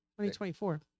2024